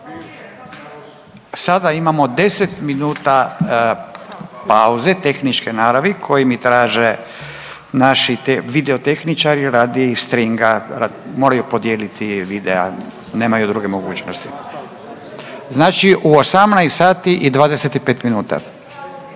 sada imamo 10 minuta pauze tehničke naravi koji mi traže naši video tehničari radi … moraju podijeliti videa nemaju druge mogućnosti. Znači u 18,25 sati